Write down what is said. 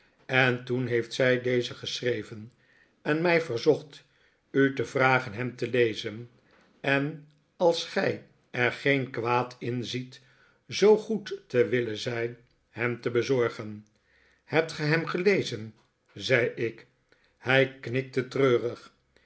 en toen heeft zij dezen geschreven en mij verzocht u te vragen hem te lezen en als gij er geen kwaad in ziet zoo goed te willen zijn hem te bezorgen hebt ge hem gelezen zei ik hij knikte treurig